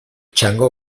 txango